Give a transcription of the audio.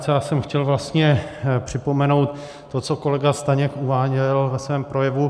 Já jsem chtěl vlastně připomenout to, co kolega Staněk uváděl ve svém projevu.